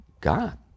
God